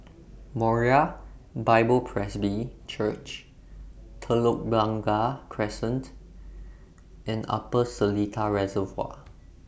Moriah Bible Presby Church Telok Blangah Crescent and Upper Seletar Reservoir